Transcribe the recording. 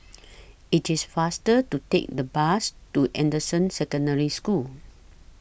IT IS faster to Take The Bus to Anderson Secondary School